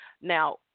Now